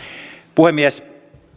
puhemies